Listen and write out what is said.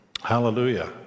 hallelujah